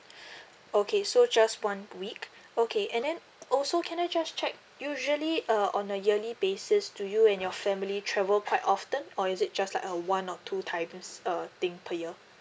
okay so just one week okay and then also can I just check usually uh on a yearly basis do you and your family travel quite often or is it just like a one or two times uh thing per year